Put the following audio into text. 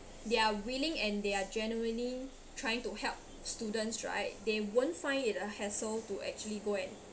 they are willing and they are genuinely trying to help students right they won't find it a hassle to actually go and